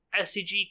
SCG